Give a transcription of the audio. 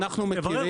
מה שכן